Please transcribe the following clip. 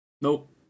Nope